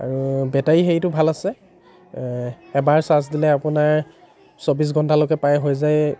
আৰু বেটাৰী হেৰিটো ভাল আছে এবাৰ চাৰ্জ দিলে আপোনাৰ চৌব্বিছ ঘণ্টালৈকে প্ৰায় হৈ যায়